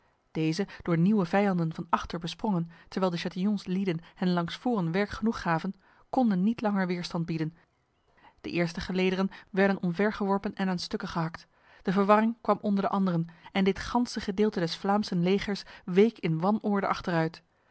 deze door nieuwe vijanden van achter besprongen terwijl de chatillons lieden hen langs voren werk genoeg gaven konden niet langer weerstand bieden de eerste gelederen werden omvergeworpen en aan stukken gehakt de verwarring kwam onder de anderen en dit ganse gedeelte des vlaamsen legers week in wanorde achteruit